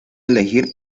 elegir